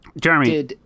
Jeremy